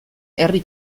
herri